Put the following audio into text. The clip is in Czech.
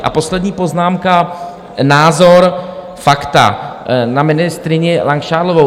A poslední poznámka, názor, fakta, na ministryni Langšádlovou.